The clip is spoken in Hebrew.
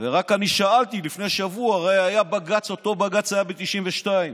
רק שאלתי לפני שבוע, הרי אותו בג"ץ היה ב-1992.